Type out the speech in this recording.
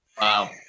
Wow